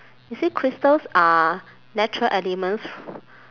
you see crystals are natural elements